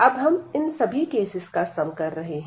अब हम इन सभी कैसेस का सम कर रहे हैं